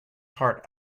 heart